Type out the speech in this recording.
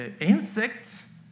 insects